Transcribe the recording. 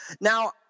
now